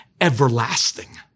everlasting